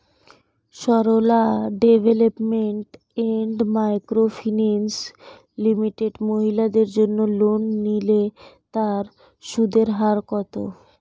Sarala development and microfinance limited মহিলাদের জন্য loan নিলে তার সুদের হার কত?